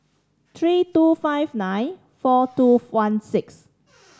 three two five nine four two one six